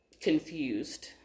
confused